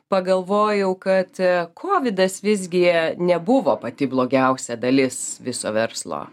pagalvojau kad kovidas visgi nebuvo pati blogiausia dalis viso verslo